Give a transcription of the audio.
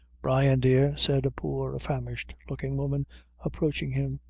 brian, dear, said a poor famished-looking woman approaching him,